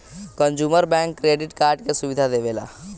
consumer bank credit card के सुविधा देवेला